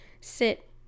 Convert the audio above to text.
sit